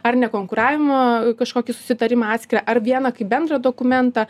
ar nekonkuravimo kažkokį susitarimą atskirą ar vieną kaip bendrą dokumentą